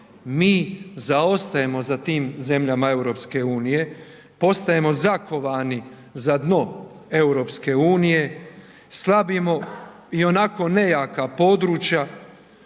mi zaostajemo za tim zemljama EU, postajemo zakovani za dno EU, slabimo ionako nejaka područja,